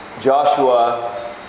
Joshua